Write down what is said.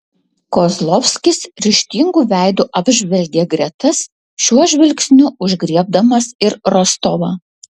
kozlovskis ryžtingu veidu apžvelgė gretas šiuo žvilgsniu užgriebdamas ir rostovą